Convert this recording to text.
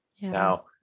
Now